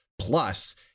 plus